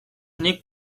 nik